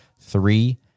three